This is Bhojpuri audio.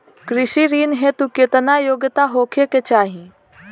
कृषि ऋण हेतू केतना योग्यता होखे के चाहीं?